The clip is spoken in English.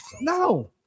No